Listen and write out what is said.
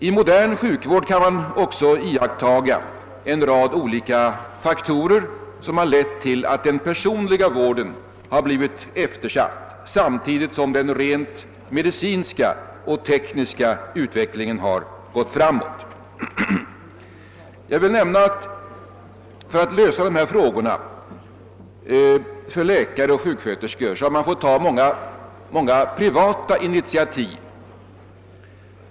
I modern sjukvård kan man också iakttaga en rad olika faktorer som har lett till att den personliga vården blivit eftersatt samtidigt som den rent medicinska och tekniska utvecklingen har gått framåt. För att lösa dessa frågor för läkare och sjuksköterskor har många privata initiativ tagits.